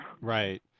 Right